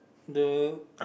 the